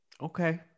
Okay